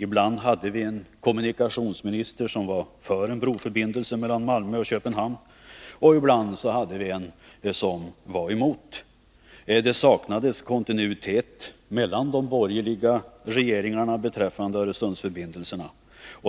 Ibland hade vi en kommunikationsminister som var för en broförbindelse mellan Malmö och Köpenhamn, ibland hade vi en som var emot en sådan förbindelse. Det saknades kontinuitet mellan de borgerliga regeringarna beträffande Öresundsförbindelserna.